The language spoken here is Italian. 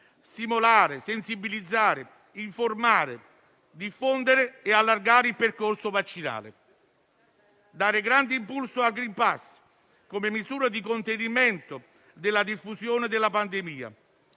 stimolare, sensibilizzare, informare, diffondere e allargare il percorso vaccinale. Dare grande impulso al *green pass*, come misura di contenimento della diffusione della pandemia,